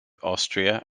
austria